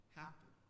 happen